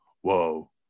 Whoa